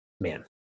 man